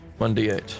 1d8